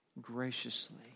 graciously